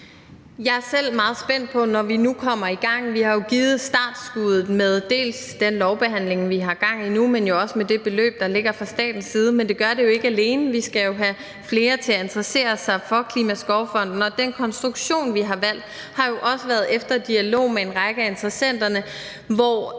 Jeg er selv meget spændt på at komme i gang. Vi har jo givet startskuddet med den lovbehandling, vi har gang i nu, men jo også med det beløb, der ligger fra statens side. Men det gør det jo ikke alene – vi skal have flere til at interessere sig for Klimaskovfonden. Og den konstruktion, vi har valgt, er jo også på baggrund af en dialog med en række af interessenterne, hvor